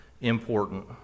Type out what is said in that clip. important